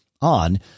on